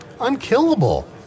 unkillable